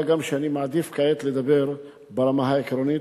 מה גם שאני מעדיף כעת לדבר ברמה העקרונית,